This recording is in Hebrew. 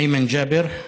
איימן ג'אבר.